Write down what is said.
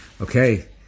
okay